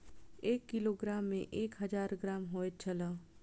एक किलोग्राम में एक हजार ग्राम होयत छला